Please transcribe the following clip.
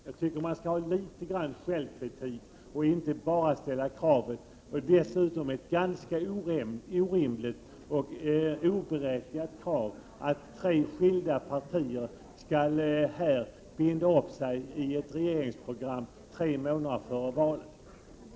Jag tycker att man bör har litet självkritik och inte bara ställa krav på andra — dessutom ett ganska orimligt och oberättigat krav att tre skilda partier här skall binda upp sig för ett regeringsprogram tre månader före valet.